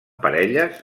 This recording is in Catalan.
parelles